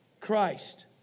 Christ